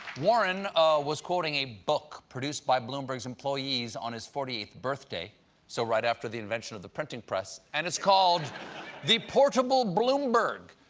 warren was quoting a book produced by bloomberg's employees on his forty eighth birthday so right after the invention of the printing press. and it's called the portable bloomberg.